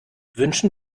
wünschen